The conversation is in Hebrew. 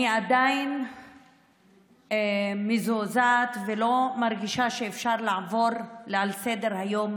אני עדיין מזועזעת ולא מרגישה שאפשר לעבור לסדר-היום